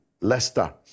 Leicester